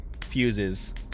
fuses